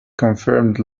confirmed